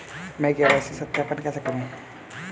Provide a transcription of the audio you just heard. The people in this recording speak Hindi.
मैं के.वाई.सी सत्यापन कैसे पास करूँ?